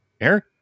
Eric